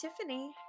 Tiffany